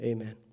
Amen